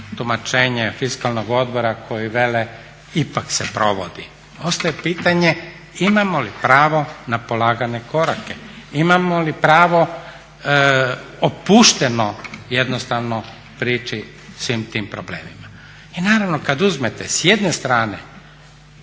tumačenje Fiskalnog odbora koji vele ipak se provodi, ostaje pitanje imamo li pravo na polagane korake, imamo li pravo opušteno prići svim tim problemima. I naravno kada uzmete s jedne strane